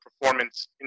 performance